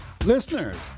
Listeners